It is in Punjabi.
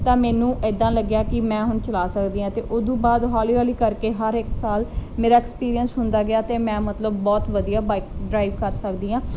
ਤਾਂ ਮੈਨੂੰ ਇਦਾਂ ਲੱਗਿਆ ਕਿ ਮੈਂ ਹੁਣ ਚਲਾ ਸਕਦੀ ਆ ਤੇ ਉਹਤੋਂ ਬਾਅਦ ਹੌਲੀ ਹੌਲੀ ਕਰਕੇ ਹਰ ਇੱਕ ਸਾਲ ਮੇਰਾ ਐਕਸਪੀਰੀਅੰਸ ਹੁੰਦਾ ਗਿਆ ਤੇ ਮੈਂ ਮਤਲਬ ਬਹੁਤ ਵਧੀਆ ਬਾਈਕ ਡਰਾਈਵ ਕਰ ਸਕਦੀ ਆਂ